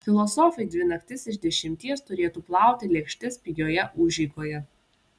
filosofai dvi naktis iš dešimties turėtų plauti lėkštes pigioje užeigoje